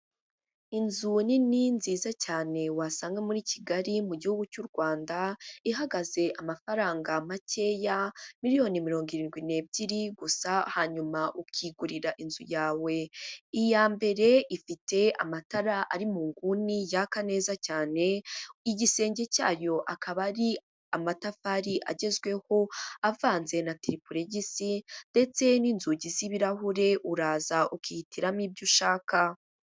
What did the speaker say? Inzu nini nziza cyane wasanga muri kigali mu gihugu cy'u Rwanda ihagaze amafaranga makeya 72,000,000 gusa hanyuma ukigurira inzu yawe. Iya mbere ifite amatara ari mu nguni yaka neza cyane, igisenge cyayo akaba ari amatafari agezweho avanze na tiripuregisi ndetse n'inzugi z'ibirahure uraza ukihitiramo ibyo ushaka.